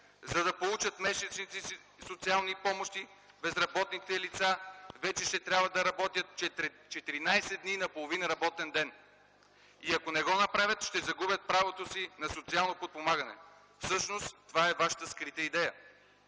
За да получат месечните си социални помощи безработните лица вече ще трябва да работят 14 дни на половин работен ден и ако не го направят, ще загубят правото си на социално подпомагане. Всъщност това е вашата скрита идея.